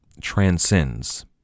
transcends